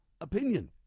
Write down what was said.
opinion